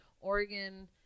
Oregon